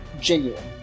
genuine